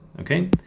okay